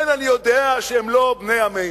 כן, אני יודע שהם לא בני עמנו,